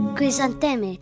chrysanthemum